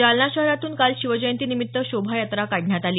जालना शहरातून काल शिवजयंतीनिमित्त शोभायात्रा काढण्यात आली